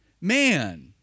man